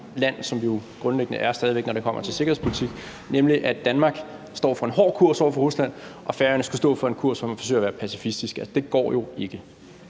grundlæggende er, når det kommer til sikkerhedspolitik, nemlig at Danmark står for en hård kurs over for Rusland, og at Færøerne skal stå for en kurs, som forsøger at være pacifistisk. Det går jo ikke.